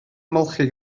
ymolchi